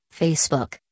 Facebook